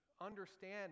understand